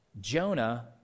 Jonah